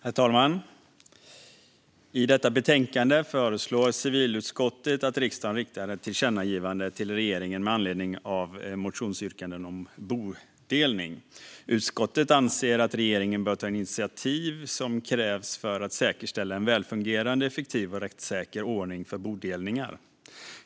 Herr talman! I detta betänkande föreslår civilutskottet att riksdagen riktar ett tillkännagivande till regeringen med anledning av motionsyrkanden om bodelning. Utskottet anser att regeringen bör ta de initiativ som krävs för att säkerställa en välfungerande, effektiv och rättssäker ordning för bodelningar.